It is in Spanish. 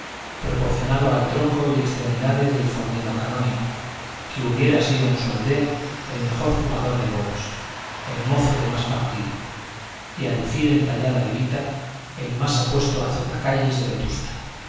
proporcionado al tronco y extremidades del fornido canónigo que hubiera sido en su aldea el mejor jugador de bolos el mozo de más partido y a lucir entallada levita el más apuesto azotacalles de vetusta